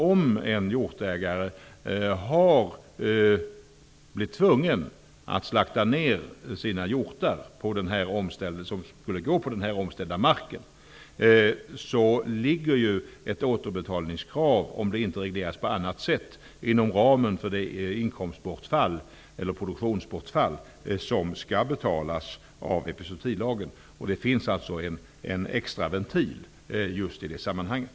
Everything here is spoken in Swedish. Om en hjortägare blir tvungen att slakta ner de hjortar som skulle gå på den omställda marken, ligger ett återbetalningskrav -- om det inte regleras på annat sätt -- inom ramen för det produktionsbortfall som skall betalas med stöd av epizootilagen. Det finns alltså en extra ventil i det sammanhanget.